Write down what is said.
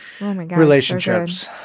relationships